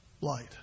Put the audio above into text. light